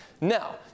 Now